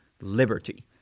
liberty